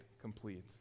complete